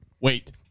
wait